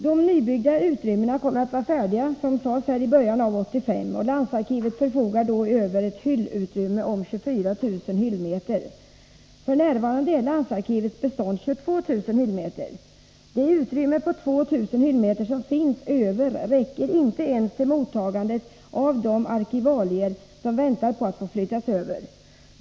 De nybyggda utrymmena kommer att vara färdiga, som sades här, i början av 1985, och landsarkivet förfogar då över ett hyllutrymme om 24 000 hyllmeter. F. n. är landsarkivets bestånd 22 000 hyllmeter. Det utrymme på 2 000 hyllmeter som finns över räcker inte ens till mottagandet av de arkivalier som väntar på att få flyttas över.